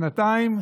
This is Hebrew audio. שנתיים,